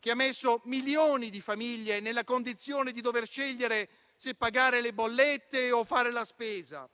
che ha messo milioni di famiglie nella condizione di dover scegliere se pagare le bollette o fare la spesa?